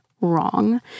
wrong